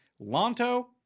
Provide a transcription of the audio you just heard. Lonto